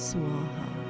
Swaha